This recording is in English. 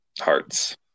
hearts